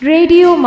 Radio